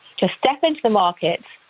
to step in the markets,